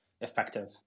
effective